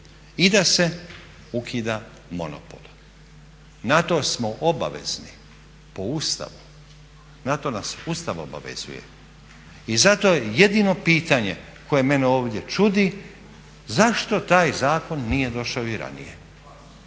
i da se ukida monopol. Na to smo obavezni po Ustavu, na to nas Ustav obavezuje i zato je jedino pitanje koje mene ovdje čudi zašto taj zakon nije došao i ranije